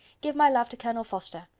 give my love to colonel forster.